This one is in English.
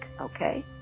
okay